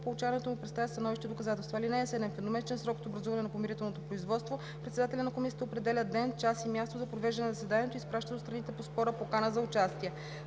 получаването му представят становища и доказателства. (7) В едномесечен срок от образуване на помирителното производство председателят на комисията определя ден, час и място за провеждане на заседанието и изпраща до страните по спора покана за участие.“